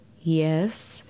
yes